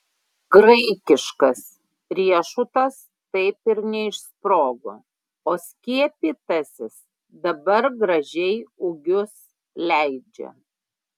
graikiškas riešutas taip ir neišsprogo o skiepytasis dabar gražiai ūgius leidžia